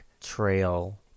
trail